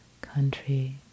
country